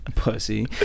Pussy